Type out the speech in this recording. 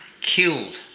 killed